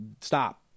stop